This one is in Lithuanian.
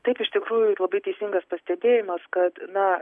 taip iš tikrųjų labai teisingas pastebėjimas kad na